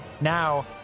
Now